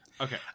Okay